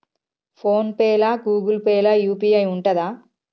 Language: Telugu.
ఫోన్ పే లా గూగుల్ పే లా యూ.పీ.ఐ ఉంటదా?